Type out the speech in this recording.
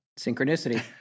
Synchronicity